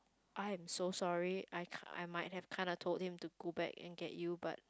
I am so sorry I kinda~ I might have kinda told him to go back and get you but